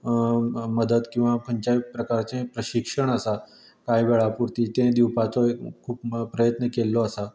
मदत किंवां खंयच्याय प्रकाराचें प्रशिक्षण आसा कांय वेळापूर्तें ते दिवपाचे खूब प्रयत्न केल्लो आसा